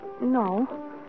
No